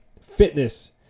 fitness